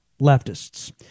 leftists